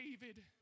David